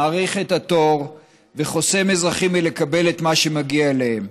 מאריך את התור וחוסם אזרחים מלקבל את מה שמגיע להם.